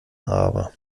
aber